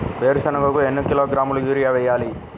వేరుశనగకు ఎన్ని కిలోగ్రాముల యూరియా వేయాలి?